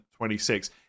26